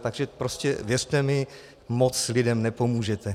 Takže prostě věřte mi, moc lidem nepomůžete.